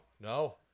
no